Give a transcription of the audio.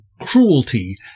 cruelty